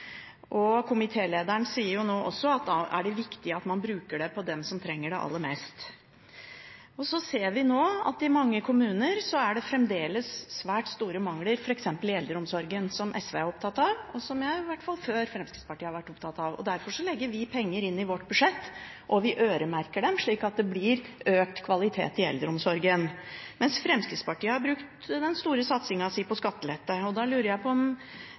gang. Komitélederen sier også at da er det viktig at man bruker det på dem som trenger det aller mest. Vi ser nå at i mange kommuner er det fremdeles svært store mangler, f.eks. i eldreomsorgen, som SV er opptatt av, og som Fremskrittspartiet i hvert fall før har vært opptatt av. Derfor legger vi penger inn i vårt budsjett, og vi øremerker dem, slik at det blir økt kvalitet i eldreomsorgen, mens Fremskrittspartiet har brukt den store satsingen sin på skattelette. Da lurer jeg på